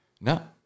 no